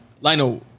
Lino